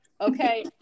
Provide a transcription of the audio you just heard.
Okay